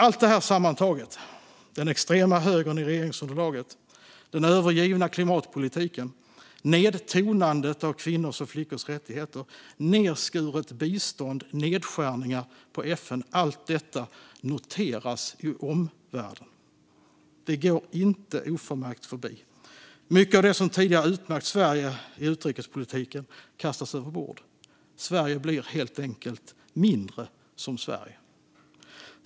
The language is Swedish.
Allt detta sammantaget - den extrema högern i regeringsunderlaget, den övergivna klimatpolitiken, nedtonandet av kvinnors och flickors rättigheter, nedskuret bistånd, nedskärningar i fråga om FN - noteras i omvärlden. Det går inte oförmärkt förbi. Mycket av det som tidigare har utmärkt Sverige i utrikespolitiken kastas över bord. Sverige blir helt enkelt mindre som Sverige.